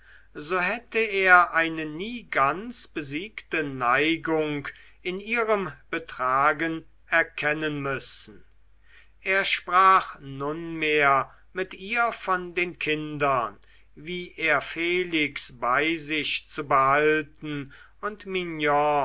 so hätte er eine nie ganz besiegte neigung in ihrem betragen erkennen müssen er sprach nunmehr mit ihr von den kindern wie er felix bei sich zu behalten und